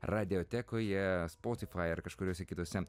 radiotekoje spotify ar kažkuriose kitose